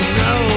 no